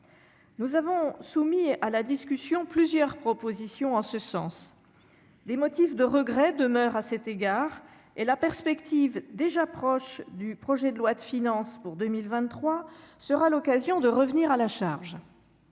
Nous avons soumis à la discussion plusieurs propositions allant en ce sens. Des motifs de regrets demeurent à cet égard, et l'examen, dont la perspective est déjà proche, du projet de loi de finances pour 2023 sera pour nous l'occasion de revenir à la charge.